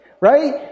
right